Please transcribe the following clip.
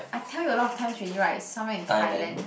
I tell you a lot of times already right it's somewhere in Thailand